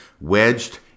wedged